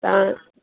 तव्हां